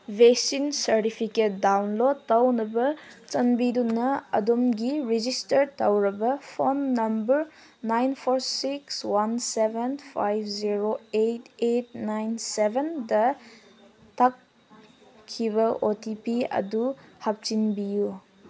vaccine certificate download ꯇꯧꯅꯕ ꯆꯥꯟꯕꯤꯗꯨꯅ ꯑꯗꯣꯝꯒꯤ ꯔꯦꯖꯤꯁꯇꯔ ꯇꯧꯔꯕ phone number nine four six one seven five zero eight eight nine ꯁꯕꯦꯟꯗ ꯊꯥꯈꯤꯕ ꯑꯣ ꯇꯤ ꯄꯤ ꯑꯗꯨ ꯍꯥꯞꯆꯤꯟꯕꯤꯌꯨ